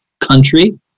country